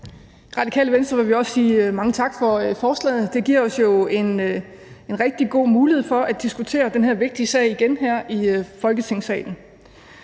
Radikale Venstre vil vi også sige mange tak for forslaget. Det giver os jo en rigtig god mulighed for at diskutere den her vigtige sag igen her i Folketingssalen.